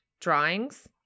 drawings